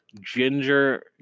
ginger